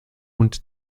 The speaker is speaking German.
und